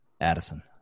Addison